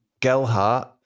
Gelhart